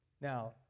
Now